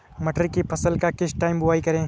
मटर की फसल का किस टाइम बुवाई करें?